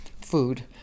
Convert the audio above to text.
food